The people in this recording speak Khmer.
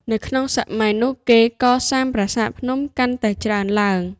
នៅក្នុងសម័យនោះគេកសាងប្រាសាទភ្នំ កាន់តែច្រើនឡើង ។